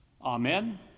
Amen